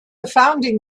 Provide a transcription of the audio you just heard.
founding